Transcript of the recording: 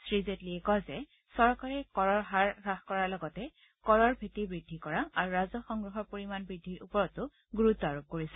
শ্ৰীজেটলীয়ে কয় যে চৰকাৰে কৰৰ হাৰ হ্ৰাস কৰাৰ লগতে কৰৰ ভেটি বৃদ্ধি কৰা আৰু ৰাজহ সংগ্ৰহৰ পৰিমাণ বৃদ্ধিৰ ওপৰত গুৰুত্ব আৰোপ কৰিছে